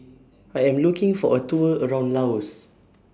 I Am looking For A Tour around Laos